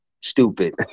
stupid